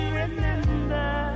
remember